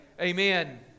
Amen